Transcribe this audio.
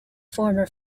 former